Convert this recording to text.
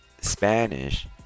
spanish